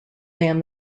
than